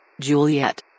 Juliet